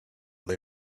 they